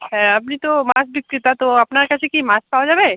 হ্যাঁ আপনি তো মাছ বিক্রেতা তো আপনার কাছে কি মাছ পাওয়া যাবে